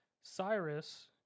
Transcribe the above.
Cyrus